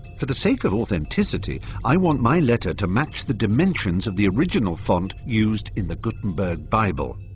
for the sake of authenticity, i want my letter to match the dimensions of the original font used in the gutenberg bible.